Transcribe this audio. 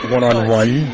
One-on-one